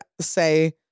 say